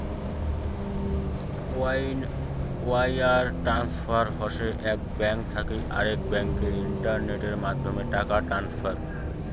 wire transfer হসে এক bank থাকি আরেক ব্যাংকে ইন্টারনেটের মাধ্যমে টাকা ট্রান্সফার